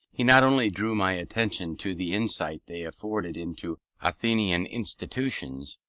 he not only drew my attention to the insight they afforded into athenian institutions,